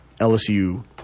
LSU